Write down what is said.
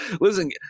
listen